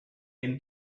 game